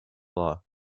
law